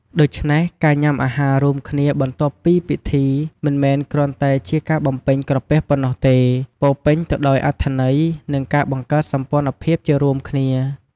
ដូច្នេះ ការញ៉ាំអាហាររួមគ្នាបន្ទាប់ពីពិធី មិនមែនគ្រាន់តែជាការបំពេញក្រពះប៉ុណ្ណោះទេ ពោរពេញទៅដោយអត្ថន័យ និងការបង្កើតសម្ព័ន្ធភាពជារួមគ្នា។